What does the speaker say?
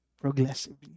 progressively